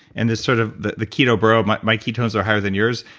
and this sort of. the the keto bro, my my ketones are higher than yours.